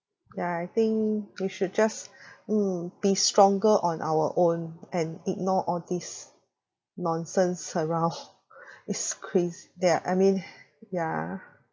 yeah I think you should just mm be stronger on our own and ignore all this nonsense around it's craz~ there are I mean yeah